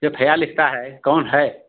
जो एफयार लिखता है कौन है